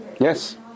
Yes